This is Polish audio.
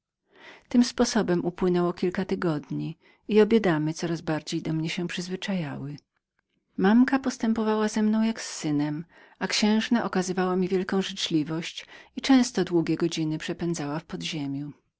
tym sposobem upłynęło kilka tygodni i obie damy coraz bardziej do mnie się przyzwyczaiły mamka postępowała ze mną jak z synem księżna zaś była dla mnie prawdziwą siostrą ta ostatnia często kilka godzin przepędzała w podziemiu